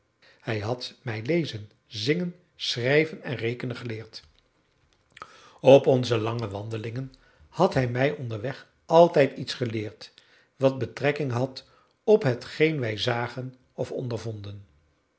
hij had mij lezen zingen schrijven en rekenen geleerd op onze lange wandelingen had hij mij onderweg altijd iets geleerd wat betrekking had op hetgeen wij zagen of ondervonden